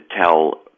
tell